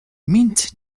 mint